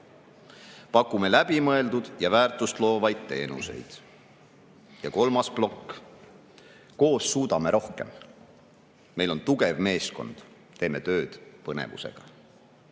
Pakume läbimõeldud ja väärtust loovaid teenuseid. Ja kolmas plokk. Koos suudame rohkem. Meil on tugev meeskond, teeme tööd põnevusega.